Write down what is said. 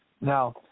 Now